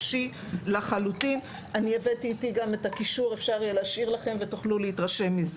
אני הבאתי איתי גם את הקישור שאוכל להשאיר לכם ותוכלו להתרשם.